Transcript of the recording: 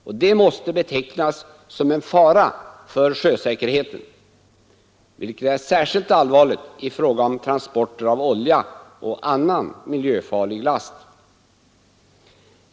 Detta måste betecknas som en allvarlig fara för sjösäkerheten, vilket är särskilt allvarligt vid transporter av olja och annan miljöfarlig last.